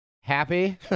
happy